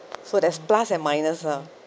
so there's plus and minus lah